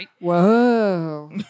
Whoa